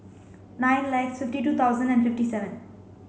nine likes fifty two thousand and fifty seven